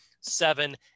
seven